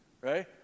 Right